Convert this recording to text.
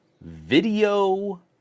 video